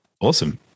Awesome